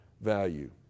value